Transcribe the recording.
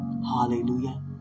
Hallelujah